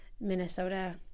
Minnesota